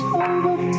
over